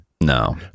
No